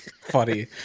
funny